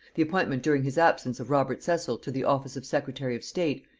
the appointment during his absence of robert cecil to the office of secretary of state,